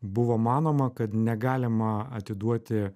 buvo manoma kad negalima atiduoti